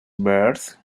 birth